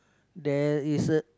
there is a